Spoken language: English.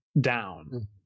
down